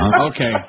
Okay